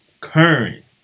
current